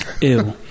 Ew